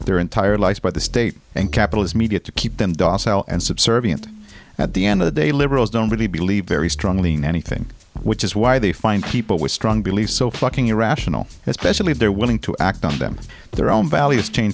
their entire lives by the state and capitalist media to keep them docile and subservient at the end of the day liberals don't really believe very strongly in anything which is why they find people with strong beliefs so fucking irrational especially if they're willing to act on them their own values change